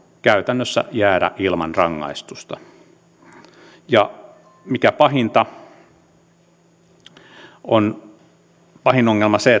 käytännössä jäädä ilman rangaistusta ja pahin ongelma on se